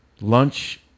lunch